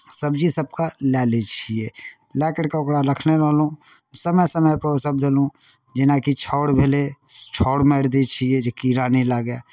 सब्जीसभके लए लै छियै लए करि कऽ ओकरा रखने रहलहुँ समय समयपर ओ सभ देलहुँ जेनाकि छाओर भेलै छाओर मारि दै छियै जे कीड़ा नहि लागय